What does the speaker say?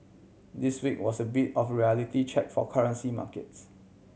this week was a bit of a reality check for currency markets